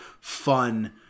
fun